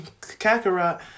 Kakarot